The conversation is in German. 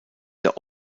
der